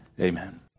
amen